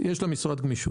מי נמנע?